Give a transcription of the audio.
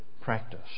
practice